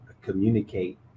communicate